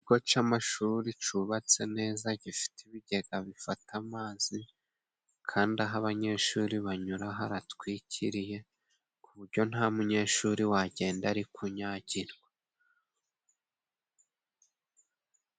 Ikigo c'amashuri cubatse neza gifite ibigega bifata amazi, kandi aho abanyeshuri banyura haratwikiriye ku buryo nta munyeshuri wagenda ari kunyagirwa.